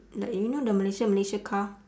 like you know the malaysia malaysia car